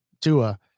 Tua